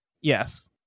Yes